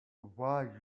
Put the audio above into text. why